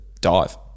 dive